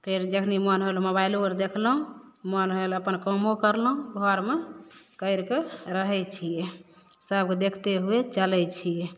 फेर जखनी मोन होल मोबाइलो आओर देखलहुँ मोन भेल अपन कामो करलहुँ घरमे करिके रहय छियै सबके देखते हुवे चलय छियै